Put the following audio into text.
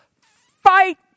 fight